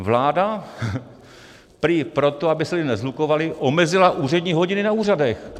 Vláda prý proto, aby se lidé neshlukovali, omezila úřední hodiny na úřadech.